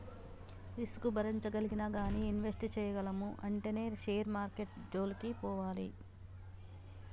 risk భరించగలిగినా గానీ invest చేయగలము అంటేనే షేర్ మార్కెట్టు జోలికి పోవాలి